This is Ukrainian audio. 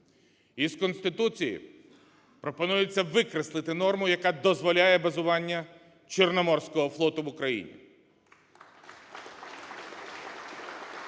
Із Конституції пропонується викреслити норму, яка дозволяє базування Чорноморського флоту в Україні.